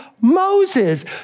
Moses